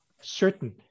certain